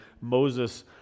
Moses